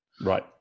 Right